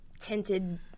Tinted